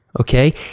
okay